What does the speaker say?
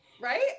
right